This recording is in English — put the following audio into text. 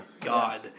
God